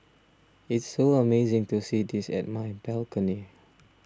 it's so amazing to see this at my balcony